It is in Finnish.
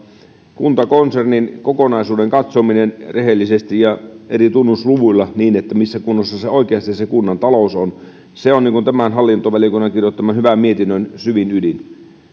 kuntakonsernin kokonaisuuden katsominen rehellisesti ja eri tunnusluvuilla että missä kunnossa se se kunnan talous oikeasti on on hallintovaliokunnan kirjoittaman hyvän mietinnön syvin ydin